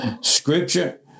Scripture